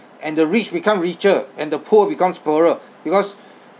and the rich become richer and the poor becomes poorer because